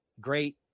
great